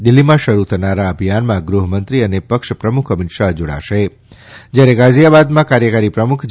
દિલ્ફીમાં શરૂ થનારા અભિયાનમાં ગૃહમંત્રી અને પક્ષપ્રમુખ અમીત શાહ જોડાશે જ્યારે ગાઝીયાબાદમાં કાર્યકારી પ્રમુખ જે